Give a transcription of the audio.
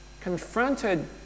Confronted